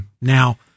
Now